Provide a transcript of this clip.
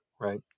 right